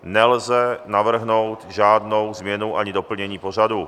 Nelze navrhnout žádnou změnu ani doplnění pořadu.